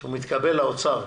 כשהוא מתקבל לאוצר,